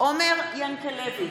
עומר ינקלביץ'